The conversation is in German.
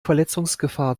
verletzungsgefahr